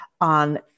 on